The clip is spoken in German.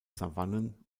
savannen